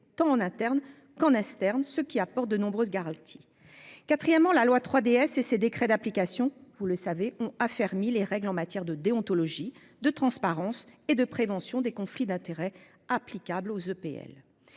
tant en interne qu'en externe, ce qui apporte de nombreuses garanties. Quatrièmement, la loi 3DS et ses décrets d'application ont affermi les règles en matière de déontologie, de transparence et de prévention des conflits d'intérêts applicables aux EPL.